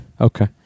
Okay